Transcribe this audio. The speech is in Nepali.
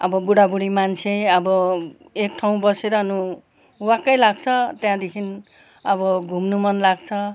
अब बुढाबुढी मान्छे अब एक ठाउँ बसिरहनु वाक्कै लाग्छ त्यहाँदेखि अब घुम्नु मन लाग्छ